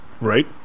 Right